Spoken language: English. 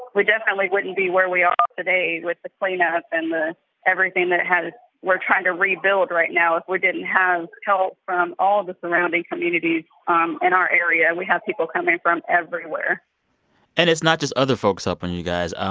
we definitely wouldn't be where we are today with the cleanup and the everything that had we're trying to rebuild right now if we didn't have help from all of the surrounding communities um in our area. and we have people coming from everywhere and it's not just other folks helping you guys.